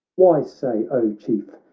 why, say, o chief,